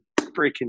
freaking